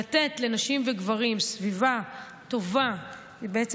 לתת לנשים וגברים סביבה טובה זה בעצם